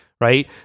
right